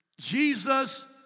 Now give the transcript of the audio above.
Jesus